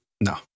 no